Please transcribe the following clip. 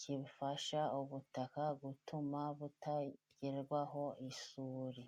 kifasha ubutaka gutuma butagerwaho isuri.